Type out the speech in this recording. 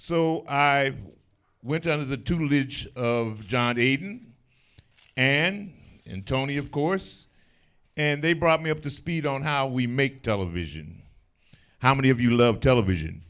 so i went out of the to leech of john aden and in tony of course and they brought me up to speed on how we make television how many of you love television